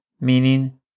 meaning